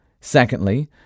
Secondly